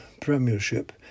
Premiership